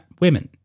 women